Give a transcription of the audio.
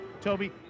Toby